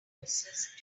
closest